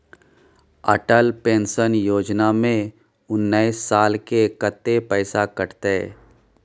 Atal pension योजना में उनैस साल के कत्ते पैसा कटते?